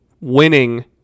winning